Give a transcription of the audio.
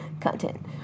content